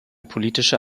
politische